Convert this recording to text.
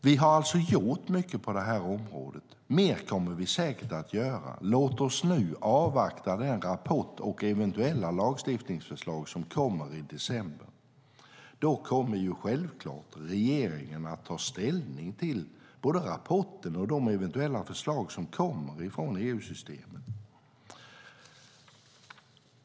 Vi har alltså gjort mycket på det här området. Mer kommer vi säkert att göra. Låt oss nu avvakta den rapport och de eventuella lagstiftningsförslag som kommer i december. Då kommer självklart regeringen att ta ställning till både rapporten och de eventuella förslag som kommer från EU-systemet.